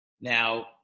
Now